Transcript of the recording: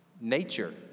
nature